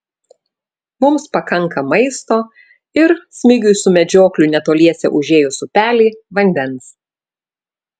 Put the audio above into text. mums pakanka maisto ir smigiui su medžiokliu netoliese užėjus upelį vandens